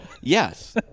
Yes